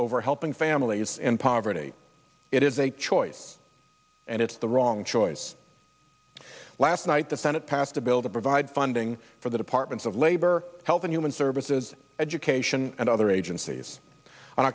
over helping families in poverty it is a choice and it's the wrong choice last night the senate passed a bill to provide funding for the departments of labor health and human services education and other agencies on